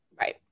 Right